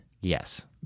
Yes